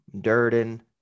Durden